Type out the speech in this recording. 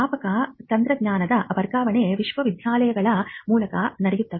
ವ್ಯಾಪಕ ತಂತ್ರಜ್ಞಾನದ ವರ್ಗಾವಣೆ ವಿಶ್ವವಿದ್ಯಾಲಯಗಳ ಮೂಲಕ ನಡೆಯುತ್ತದೆ